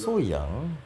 so young